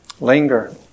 Linger